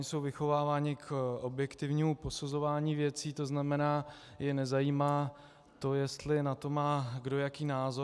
Jsou vychováváni k objektivnímu posuzování věcí, tzn. je nezajímá to, jestli na to má kdo jaký názor.